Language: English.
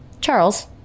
Charles